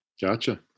Gotcha